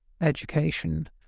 education